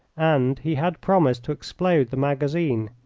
and he had promised to explode the magazine.